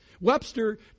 Webster